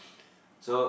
so